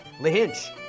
Lahinch